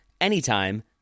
anytime